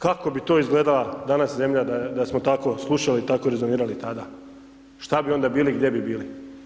Kako bi to izgledala danas zemlja da smo tako slušali i tako rezonirali tada, šta bi onda bili i gdje bi bili?